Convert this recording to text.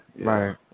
Right